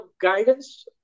guidance